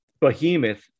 behemoth